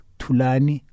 tulani